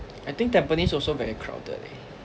I think tampines also very crowded leh